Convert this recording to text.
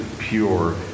pure